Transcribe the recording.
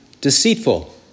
deceitful